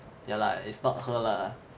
ya lah it's not her lah